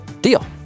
deal